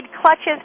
clutches